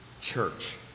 church